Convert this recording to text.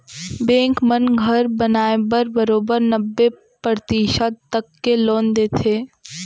bank मन घर बनाए बर बरोबर नब्बे परतिसत तक के लोन देथे